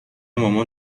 مامان